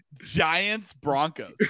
Giants-Broncos